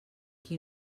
qui